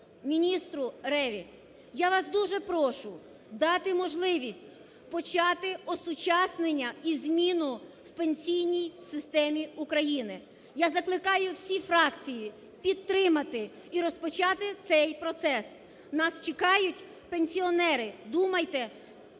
міністру Реві. Я вас дуже прошу дати можливість почати осучаснення і зміну в пенсійній системі України. Я закликаю всі фракції підтримати і розпочати цей процес. Нас чекають пенсіонери, думайте